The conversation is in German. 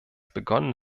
begonnen